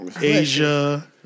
Asia